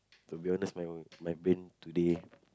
to be honest my my brain today